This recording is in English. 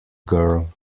girl